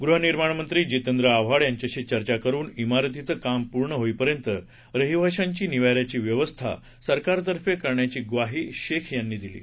गृहनिर्माणमंत्री जितेंद्र आव्हाड यांच्याशी चर्चा करुन मिरतीचं काम पूर्ण होईपर्यंत रहिवाशांची निवाऱ्याची व्यवस्था सरकारतर्फे करण्याची ग्वाही शेख यांनी दिली आहे